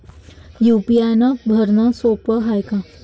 UPI भरनं सोप हाय का?